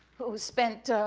who spent,